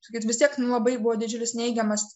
sakyt vis tiek buvo didžiulis neigiamas